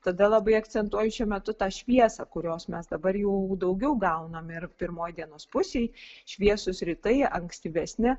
tada labai akcentuoju šiuo metu tą šviesą kurios mes dabar jau daugiau gaunam ir pirmoj dienos pusėje šviesūs rytai ankstyvesni